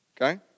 Okay